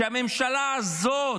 הממשלה הזאת,